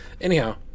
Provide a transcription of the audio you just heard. Anyhow